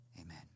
Amen